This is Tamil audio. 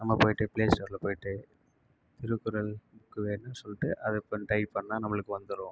நம்ம போயிட்டு ப்ளேஸ்டோரில் போயிட்டு திருக்குறள் சொல்லிட்டு அதை அப்புறம் டைப் பண்ணிணா நம்மளுக்கு வந்துடும்